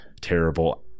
terrible